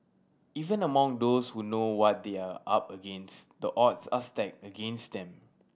even among those who know what they are up against the odds are stacked against them